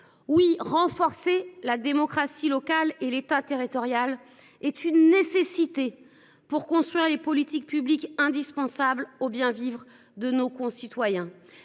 Oui, renforcer la démocratie locale et l’État territorial est une nécessité pour construire les politiques publiques indispensables au bien vivre de nos concitoyens.